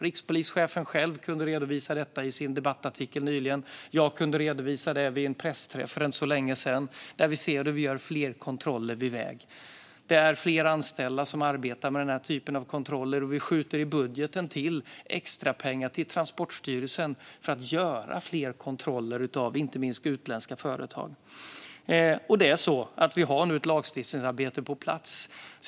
Rikspolischefen kunde redovisa detta i sin debattartikel nyligen. Jag kunde redovisa det vid en pressträff för inte så länge sedan. Vi ser att det görs fler kontroller vid väg. Det är fler anställda som arbetar med denna typ av kontroller. Vi skjuter i budgeten till extrapengar till Transportstyrelsen för att de ska göra fler kontroller av inte minst utländska företag. Och vi har ett lagstiftningsarbete på plats.